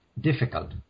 difficult